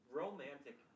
romantic